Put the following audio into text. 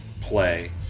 play